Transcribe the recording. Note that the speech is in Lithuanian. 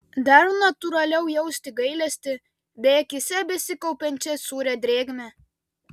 dar natūraliau jausti gailestį bei akyse besikaupiančią sūrią drėgmę